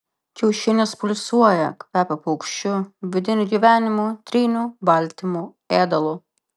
kiaušinis pulsuoja kvepia paukščiu vidiniu gyvenimu tryniu baltymu ėdalu